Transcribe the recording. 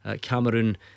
Cameroon